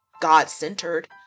God-centered